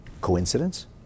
Coincidence